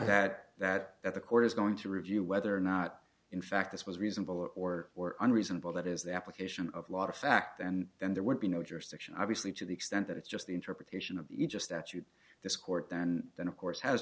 i had that that the court is going to review whether or not in fact this was reasonable or or unreasonable that is the application of lot of fact and then there would be no jurisdiction obviously to the extent that it's just the interpretation of the just that you this court and then of course has